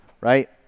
right